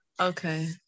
Okay